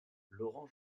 laurent